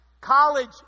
college